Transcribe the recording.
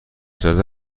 زده